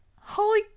holy